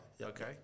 Okay